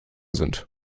sind